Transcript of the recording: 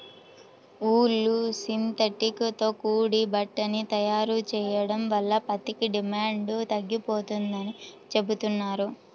ఊలు, synthetic తో కూడా బట్టని తయారు చెయ్యడం వల్ల పత్తికి డిమాండు తగ్గిపోతందని చెబుతున్నారు